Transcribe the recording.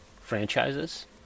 franchises